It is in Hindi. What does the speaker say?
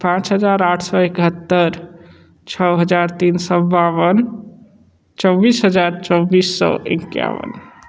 पाँच हज़ार आठ सो इकहत्तर छः हज़ार तीन सौ बावन चौबीस हज़ार चौबीस सौ इक्यावन